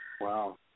Wow